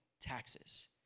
taxes